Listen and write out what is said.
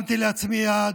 שמתי לעצמי יעד,